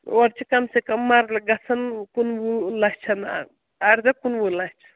اور چھِ کَم سے کَم مَرلہٕ گژھان کُنوُہ لَچھَن اَرداہ کُنوُہ لَچھ